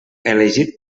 elegit